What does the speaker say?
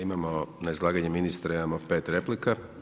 Imamo, na izlaganje ministra imamo 5 replika.